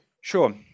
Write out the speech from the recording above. Sure